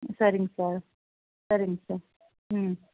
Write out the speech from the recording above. சரிங்க சார் சரிங்க சார் ம்